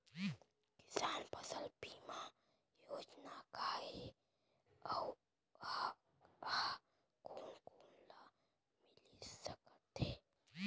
किसान फसल बीमा योजना का हे अऊ ए हा कोन कोन ला मिलिस सकत हे?